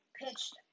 pitched